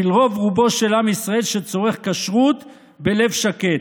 בשביל רוב-רובו של עם ישראל, שצורך כשרות בלב שקט,